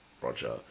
Roger